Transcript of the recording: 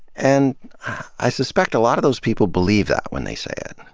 and i suspect a lot of those people believe that when they say it.